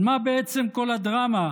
על מה בעצם כל הדרמה?